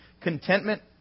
contentment